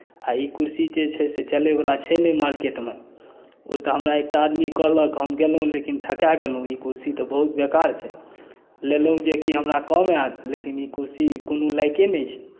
आ ई कुरसी जे छै से चलयवला छै नहि मार्केटमे ओ तऽ हमरा एकटा आदमी कहलक हम गेलहुँ लेकिन ठकाए गेलहुँ ई कुरसी तऽ बहुत बेकार छै लेलहुँ जे कि हमरा काम आयत लेकिन ई कुरसी कोनो लायके नहि छै